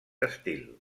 estil